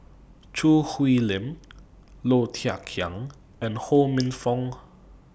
Choo Hwee Lim Low Thia Khiang and Ho Minfong